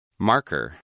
Marker